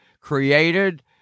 created